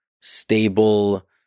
stable